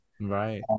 Right